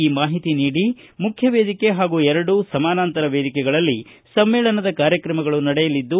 ಈ ಮಾಹಿತಿ ನೀಡಿ ಮುಖ್ಯ ವೇದಿಕೆ ಹಾಗೂ ಎರಡು ಸಮಾನಾಂತರ ವೇದಿಕೆಗಳಲ್ಲಿ ಸಮ್ಮೇಳನದ ಕಾರ್ಯಕ್ರಮಗಳು ನಡೆಯಲಿದ್ದು